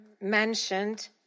mentioned